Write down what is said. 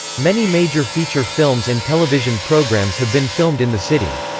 many major feature films and television programs have been filmed in the city.